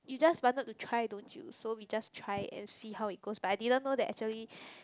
you just wanted to try don't you so we just try and see how it goes but I didn't know that actually